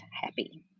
happy